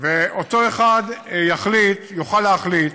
ואותו אחד יוכל להחליט